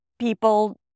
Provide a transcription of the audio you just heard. people